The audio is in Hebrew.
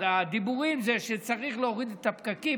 הדיבורים זה שצריך להוריד את הפקקים.